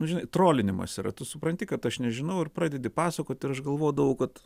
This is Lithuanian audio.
nu žinai trolinimas yra tu supranti kad aš nežinau ir pradedi pasakot ir aš galvodavau kad